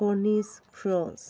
ꯀꯣꯅꯤꯁ cross